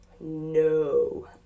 No